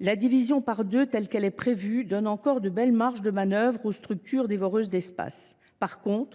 des sols, telle qu’elle est prévue, laisse de belles marges de manœuvre aux structures dévoreuses d’espace. En revanche,